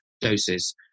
doses